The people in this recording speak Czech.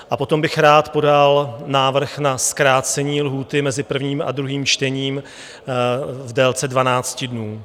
A potom bych rád podal návrh na zkrácení lhůty mezi prvním a druhým čtením v délce 12 dnů.